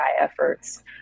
efforts